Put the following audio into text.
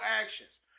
actions